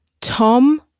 Tom